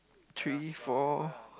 three four